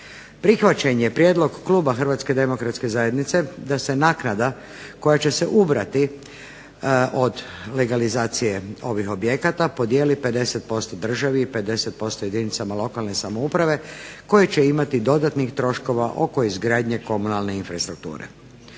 Prihvaćen je prijedlog Kluba Hrvatske demokratske zajednice da se naknada koja će se ubrati od legalizacije ovih objekata podijeli 50% državi, 50% jedinicama lokalne samouprave koji će imati dodatnih troškova oko izgradnje komunalne infrastrukture.